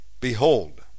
Behold